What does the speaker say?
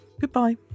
Goodbye